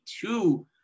two